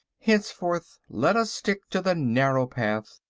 henceforth let us stick to the narrow path.